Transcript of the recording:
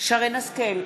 שרן השכל,